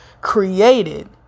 created